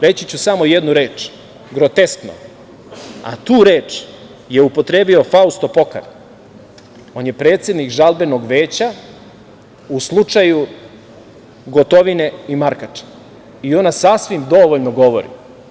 Reći ću samo jednu reč – groteskno, a tu reč je upotrebio Fausto Pokar, on je predsednik žalbenog veća u slučaju Gotovine i Markača i ona sasvim dovoljno govori.